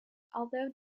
although